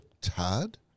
Todd